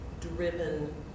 driven